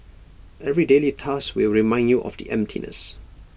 every daily task will remind you of the emptiness